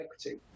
equity